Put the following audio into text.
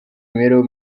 imibereho